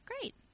Great